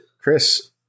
Chris